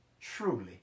truly